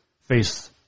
face